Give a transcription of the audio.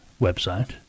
website